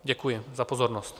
Děkuji za pozornost.